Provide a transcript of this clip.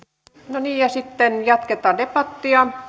no niin ja sitten jatketaan debattia